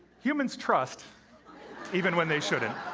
humans trust even when they shouldn't.